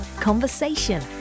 conversation